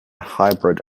hybrid